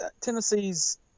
Tennessee's –